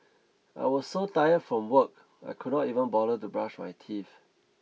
I was so tired from work I could not even bother to brush my teeth